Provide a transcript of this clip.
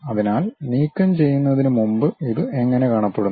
അതിനാൽ നീക്കംചെയ്യുന്നതിന് മുമ്പ് ഇത് എങ്ങനെ കാണപ്പെടുന്നു